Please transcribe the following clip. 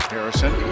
Harrison